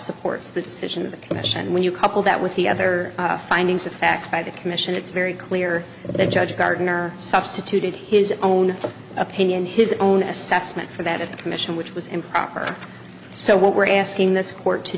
supports the decision of the commission when you couple that with the other findings of fact by the commission it's very clear that judge gardner substituted his own opinion his own assessment for that of the commission which was improper and so what we're asking this court to